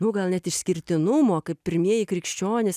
nu gal net išskirtinumo kaip pirmieji krikščionys